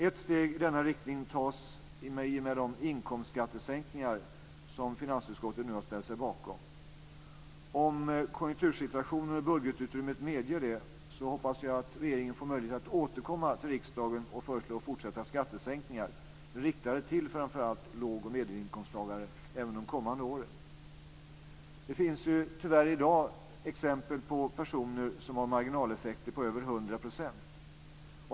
Ett steg i denna riktning tas i och med de inkomstskattesänkningar som finansutskottet nu har ställt sig bakom. Om konjunktursituationen och budgetutrymmet medger det hoppas jag att regeringen får möjlighet att återkomma till riksdagen och föreslå fortsatta skattesänkningar riktade till framför allt låg och medelinkomsttagare även de kommande åren. Tyvärr finns det i dag exempel på personer som har marginaleffekter på över 100 %.